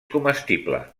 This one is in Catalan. comestible